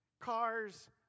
Cars